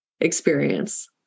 experience